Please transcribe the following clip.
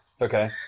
Okay